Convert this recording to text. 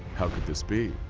how could this be?